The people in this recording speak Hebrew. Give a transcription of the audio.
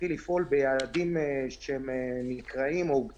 הזכיר מנכ"ל אל על את התרומה של אל על לכלכלה המקומית.